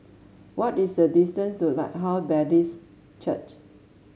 what is the distance to Lighthouse Baptist Church